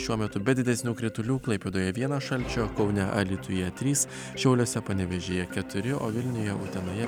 šiuo metu be didesnių kritulių klaipėdoje vienas šalčio kaune alytuje trys šiauliuose panevėžyje keturi o vilniuje utenoje